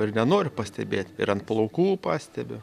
ir nenoriu pastebėt ir ant plaukų pastebiu